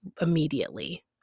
immediately